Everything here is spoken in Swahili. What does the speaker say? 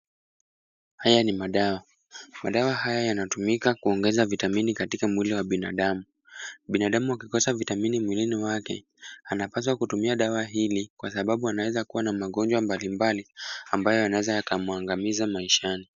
Haya ni madawa. Madawa haya yanatumika kuongeza vitamini katika mwili wa binadamu. Binadamu akikosa vitamini mwilini mwake, anapaswa kutumia dawa hii kwa sababu anaweza kuwa na magonjwa mbalimbali ambayo yanaweza yakamuangamiza maishani.